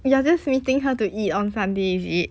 you are just meeting her to eat on suday is it